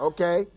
Okay